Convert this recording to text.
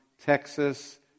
Texas